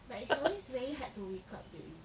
but it's always very hard to wake up lately